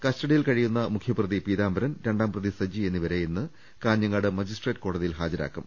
custody യിൽ കഴിയുന്ന മുഖ്യപ്രതി പീതാംബരൻ രണ്ടാം പ്രതി സജി എന്നി വരെ ഇന്ന് കാഞ്ഞങ്ങാട് മജിസ്ട്രേറ്റ് കോടതിയിൽ ഹാജരാക്കും